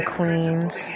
Queens